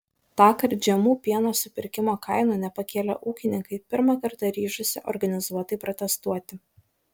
tąkart žemų pieno supirkimo kainų nepakėlę ūkininkai pirmą kartą ryžosi organizuotai protestuoti